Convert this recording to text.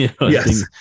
Yes